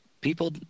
People